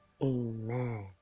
Amen